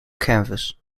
canvas